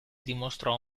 dimostrò